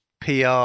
PR